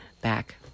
back